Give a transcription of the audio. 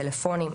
הטלפונים,